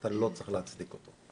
אתה לא צריך להצדיק אותו.